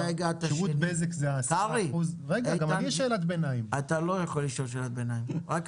10% מהשירותים האלה נשארים ברישיון.